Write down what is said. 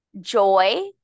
joy